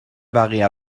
بقیه